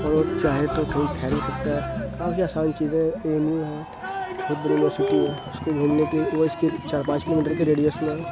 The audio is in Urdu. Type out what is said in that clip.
اور چاہے تو کہیں ٹھہر بھی سکتا ہے کافی آسان چیزیں اے یم یو ہے بہت بڑی یونیورسٹی ہے اس کو گھومنے کی وہ اس کے چار پانچ کلو میٹر کے ریڈیس میں